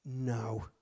No